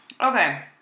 Okay